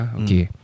okay